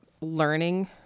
learning